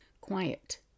quiet